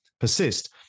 persist